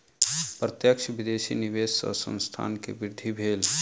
प्रत्यक्ष विदेशी निवेश सॅ संस्थान के वृद्धि भेल